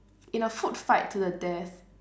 in a food fight to the death